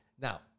Now